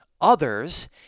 others